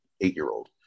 eight-year-old